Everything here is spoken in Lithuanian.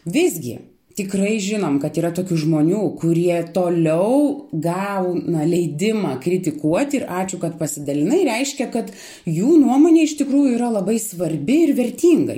visgi tikrai žinom kad yra tokių žmonių kurie toliau gauna leidimą kritikuoti ir ačiū kad pasidalinai reiškia kad jų nuomone iš tikrųjų yra labai svarbi ir vertinga